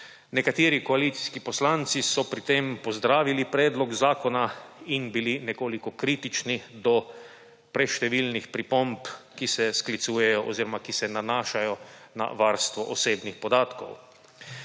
Nekateri koalicijski poslanci so pri tem pozdravili predlog zakona in bili nekoliko kritični do preštevilnih pripomb, ki se sklicujejo oziroma ki se nanašajo na varstvo osebnih podatkov.